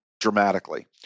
dramatically